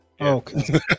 Okay